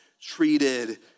treated